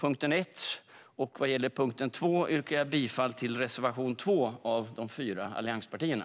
Under punkt 2 yrkar jag bifall till reservation 2 av de fyra allianspartierna.